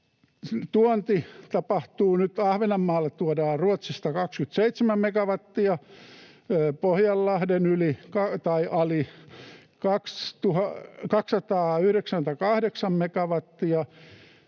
Tuontia tapahtuu nyt näin: Ahvenanmaalle tuodaan Ruotsista 27 megawattia, Pohjanlahden yli tai ali 298 megawattia,